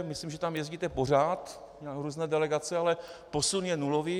Myslím, že tam jezdíte pořád, různé delegace, ale posun je nulový.